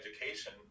education